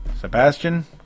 Sebastian